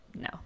No